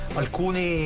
alcuni